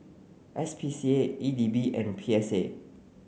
S P C A E D B and P S A